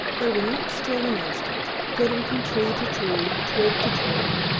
they were not still an instant, flitting from tree to tree, twig to twig,